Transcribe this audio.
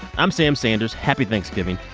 i'm sam sanders. happy thanksgiving.